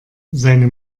seine